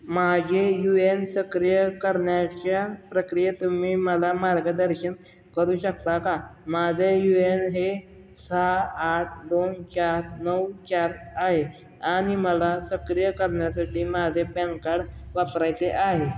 माझे U N सक्रिय करण्याच्या प्रक्रियेत तुम्ही मला मार्गदर्शन करू शकता का माझे यू एन हे सहा आठ दोन चार नऊ चार आहे आणि मला सक्रिय करण्यासाठी माझे पॅन कार्ड वापरायचे आहे